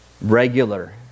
regular